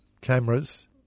cameras